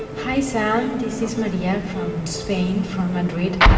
and hi, sam. this is maria from spain from madrid,